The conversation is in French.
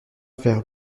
vers